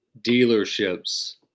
dealerships